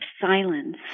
silence